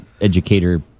educator